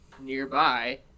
nearby